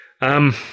Um